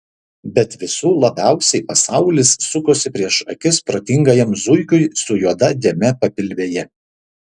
bet visų labiausiai pasaulis sukosi prieš akis protingajam zuikiui su juoda dėme papilvėje